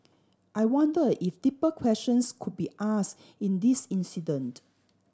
I wonder if deeper questions could be asked in this incident